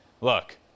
Look